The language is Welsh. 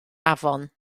afon